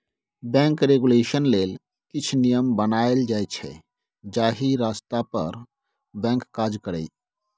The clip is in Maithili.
बैंक रेगुलेशन लेल किछ नियम बनाएल जाइ छै जाहि रस्ता पर बैंक काज करय